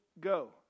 go